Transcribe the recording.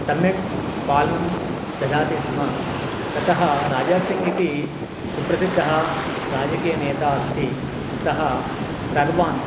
सम्यक् पालनं ददाति स्म ततः राजासिङ्ग् इति सु्प्रसिद्धः राजकीयनेता अस्ति सः सर्वान्